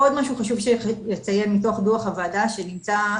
עוד משהו חשוב שחשוב לציין מתוך דוח הוועדה שנמצא,